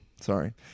sorry